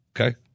okay